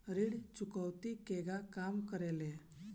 ऋण चुकौती केगा काम करेले?